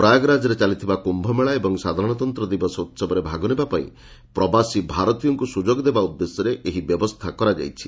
ପ୍ରୟାଗ୍ରାଜରେ ଚାଲିଥିବା କ୍ୟୁମେଳା ଏବଂ ସାଧାରଣତନ୍ତ ଦିବସ ଉତ୍ସବରେ ଭାଗ ନେବା ପାଇଁ ପ୍ରବାସୀ ଭାରତୀୟମାନଙ୍କୁ ସୁଯୋଗ ଦେବା ଉଦ୍ଦେଶ୍ୟରେ ଏହି ବ୍ୟବସ୍ଥା କରାଯାଇଛି